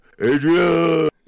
Adrian